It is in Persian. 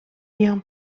بیام